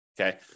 Okay